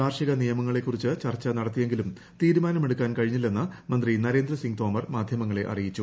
കാർഷിക നിയമങ്ങളെ ക്കുറിച്ച് ചർച്ച നടത്തിയെങ്കിലും തീരുമാനമെടുക്കാൻ കഴിഞ്ഞില്ലെന്ന് മന്ത്രി നരേന്ദ്ര സിംഗ് തോമർ മാധ്യമങ്ങളെ അറിയിച്ചു